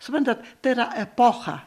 suprantat tai yra epocha